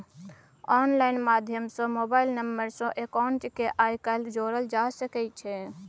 online माध्यम सँ mobile number सँ अकाउंट केँ आइ काल्हि जोरल जा सकै छै